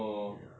ya